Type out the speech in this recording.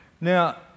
Now